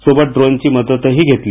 सोबत ड्रोनची मदतही घेतली